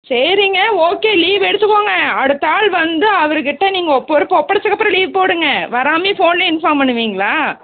சரிங்க okay leave எடுத்துக்கோங்க அடுத்த ஆள் வந்து அவருக்கிட்ட நீங்கோ பொறுப்பை ஒப்படச்சக்கப்புறோம் லீவ் போடுங்க வராமையே ஃபோன்லே இன்ஃபார்ம் பண்ணுவீங்களா